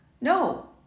No